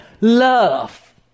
Love